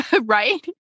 right